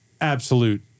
absolute